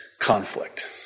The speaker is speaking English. conflict